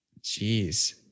Jeez